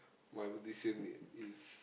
my vocation is